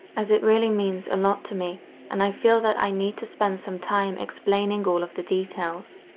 as it really means a lot to me and i feel that i need to spend some time explaining all of the details.